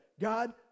God